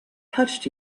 touched